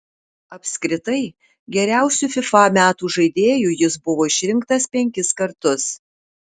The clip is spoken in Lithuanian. apskritai geriausiu fifa metų žaidėju jis buvo išrinktas penkis kartus